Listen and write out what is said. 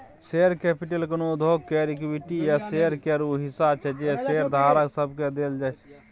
share capital कोनो उद्योग केर इक्विटी या शेयर केर ऊ हिस्सा छै जे शेयरधारक सबके देल जाइ छै